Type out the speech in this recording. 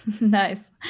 Nice